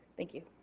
thank you.